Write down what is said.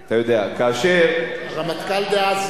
מאיר,